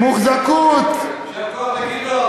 כל הכבוד לגדעון.